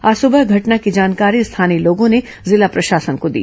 आज सुबह घटना की जानकारी स्थानीय लोगों ने जिला प्रशासन को दी